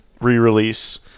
re-release